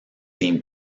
seem